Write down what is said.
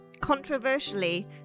controversially